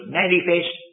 manifest